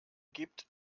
gibt